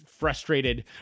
Frustrated